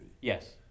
Yes